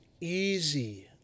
easy